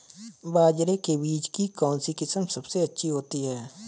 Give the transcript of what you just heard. बाजरे के बीज की कौनसी किस्म सबसे अच्छी होती है?